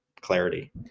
clarity